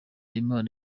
imana